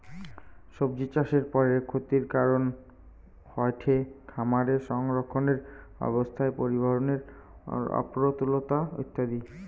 সব্জিচাষের পরের ক্ষতির কারন হয়ঠে খামারে সংরক্ষণের অব্যবস্থা, পরিবহনের অপ্রতুলতা ইত্যাদি